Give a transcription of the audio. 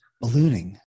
ballooning